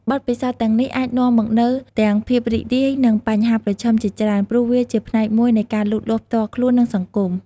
បទពិសោធន៍ទាំងនេះអាចនាំមកនូវទាំងភាពរីករាយ និងបញ្ហាប្រឈមជាច្រើន ព្រោះវាជាផ្នែកមួយនៃការលូតលាស់ផ្ទាល់ខ្លួន និងសង្គម។